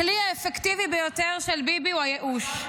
הכלי האפקטיבי ביותר של ביבי הוא הייאוש.